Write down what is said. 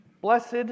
Blessed